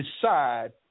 decide